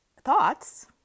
thoughts